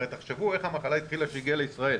הרי תחשבו איך המחלה התחילה כשהיא הגיעה לישראל.